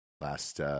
Last